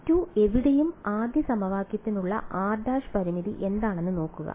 V2 എവിടെയും ആദ്യ സമവാക്യത്തിനുള്ള r′ പരിമിതി എന്താണെന്ന് നോക്കുക